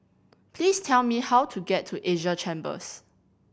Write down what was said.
please tell me how to get to Asia Chambers